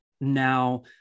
now